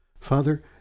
Father